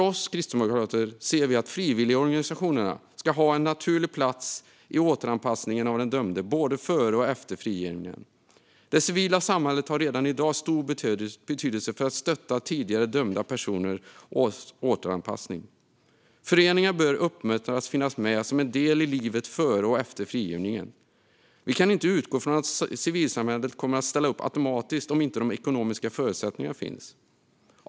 Vi kristdemokrater anser att frivilligorganisationerna ska ha en naturlig plats i återanpassningen av den dömde, både före och efter frigivningen. Det civila samhället har redan i dag stor betydelse för att stötta tidigare dömda personers återanpassning. Föreningar bör uppmuntras att finnas med som en del i livet före och efter frigivningen. Vi kan inte utgå från att civilsamhället kommer att ställa upp automatiskt om inte de ekonomiska förutsättningarna finns.